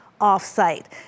off-site